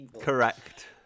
correct